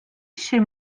chez